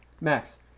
Max